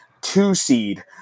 two-seed